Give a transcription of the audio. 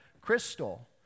crystal